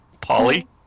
Polly